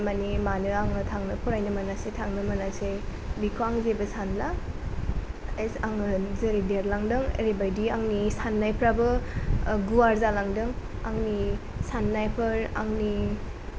मानो माने मानो आङो थांनो फरायनो मोनासै थांनो मोनासै बेखौ आङो जेबो सानला जास्ट आङो जेरै देरलांदों एरैबादि आंनि साननायफोराबो गुवार जालांदों आंनि साननायफोर आंनि